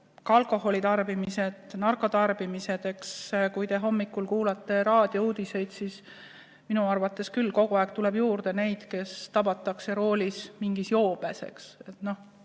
alkoholi ja narkootikumi tarbimine. Kui te hommikul kuulate raadiouudiseid, siis minu arvates küll kogu aeg tuleb juurde neid, kes tabatakse roolist mingis joobes.